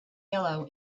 yellow